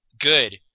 good